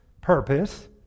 purpose